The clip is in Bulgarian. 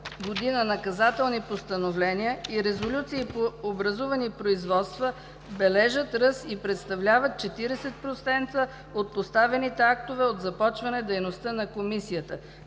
г. наказателни постановления и резолюции по образувани производства бележи ръст и представлява 40 % от постановените актове от започване дейността на Комисията,